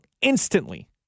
instantly